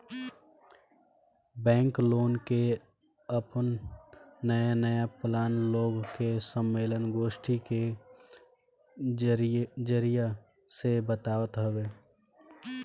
bank लोग के आपन नया नया प्लान लोग के सम्मलेन, गोष्ठी के जरिया से बतावत हवे